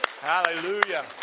Hallelujah